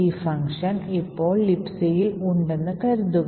ഈ ഫംഗ്ഷൻ ഇപ്പോൾ Libcയിൽ ഉണ്ടെന്ന് കരുതുക